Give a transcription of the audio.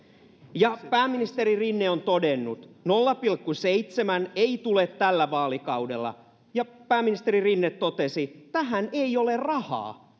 pääministeri rinne on todennut nolla pilkku seitsemän ei tule tällä vaalikaudella ja pääministeri rinne totesi tähän ei ole rahaa